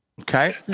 Okay